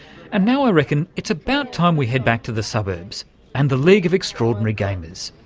and now i reckon it's about time we head back to the suburbs and the league of extraordinary gamers.